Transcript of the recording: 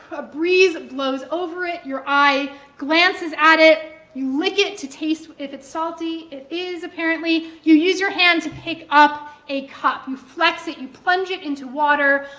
a breeze blows over it, your eye glances at it, you lick it to taste if it's salty. it is, apparently. you use your hand to pick up a cup. you flex it, you plunge it into water,